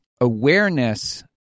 awareness